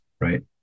right